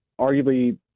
arguably